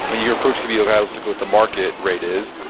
ah your approach can be your guidance to go with the market rate is,